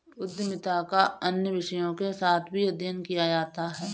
उद्यमिता का अन्य विषयों के साथ भी अध्ययन किया जाता है